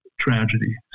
tragedy